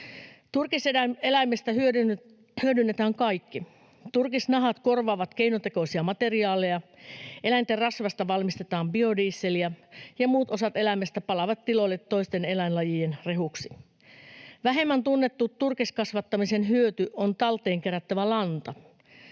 Turkiseläimestä hyödynnetään kaikki. Turkisnahat korvaavat keinotekoisia materiaaleja, eläinten rasvasta valmistetaan biodieseliä ja muut osat eläimestä palaavat tiloille toisten eläinlajien rehuksi. Vähemmän tunnettu turkiskasvattamisen hyöty on talteen kerättävä lanta,